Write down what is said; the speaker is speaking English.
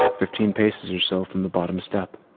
fifteen paces or so from the bottom step.